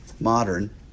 modern